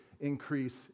increase